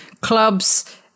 clubs